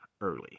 early